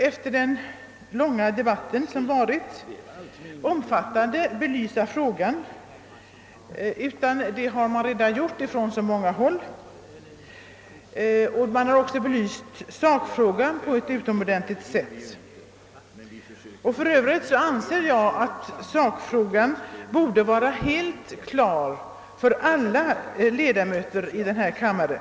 Efter den långa debatten skall jag inte belysa detta så utförligt, ty det har redan gjorts från många håll. Även sakfrågan har behandlats på ett utomordentligt sätt, och den borde för övrigt redan ha varit helt klar för alla ledamöter i denna kammare.